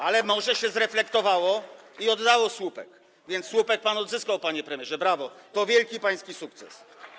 Ale morze się zreflektowało i oddało słupek, więc słupek pan odzyskał, panie premierze, brawo, to wielki pański sukces.